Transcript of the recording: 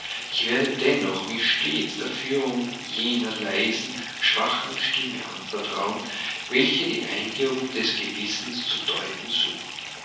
ich werde dennoch mich stets der führung jener leisen schwachen stimme anvertrauen welche die eingebungen des gewissens zu deuten sucht